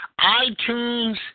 iTunes